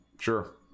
sure